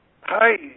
Hi